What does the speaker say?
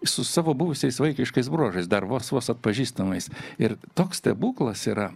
su savo buvusiais vaikiškais bruožais dar vos vos atpažįstamais ir toks stebuklas yra